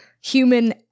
human